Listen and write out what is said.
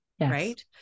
right